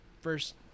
first